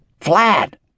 flat